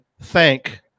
thank